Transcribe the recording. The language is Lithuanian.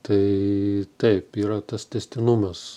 tai taip yra tas tęstinumas